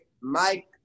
Mike